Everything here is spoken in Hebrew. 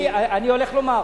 אני הולך לומר.